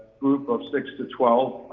group of six to twelve,